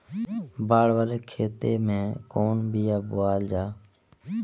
बाड़ वाले खेते मे कवन बिया बोआल जा?